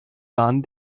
dann